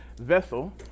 vessel